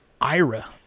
Ira